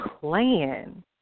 plan